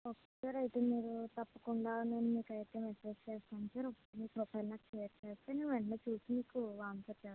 okay sir అయితే మీరు తప్పకుండా నేను మీకైతే మెస్సేజ్ చేస్తాను సార్ ఒకసారి మీ ప్రొఫైల్ నాకు షేర్ చేస్తే నేను వెంటనే చూసి మీకు ఆన్సర్ చేస్తాను